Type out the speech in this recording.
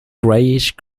greyish